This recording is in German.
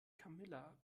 camilla